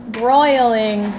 broiling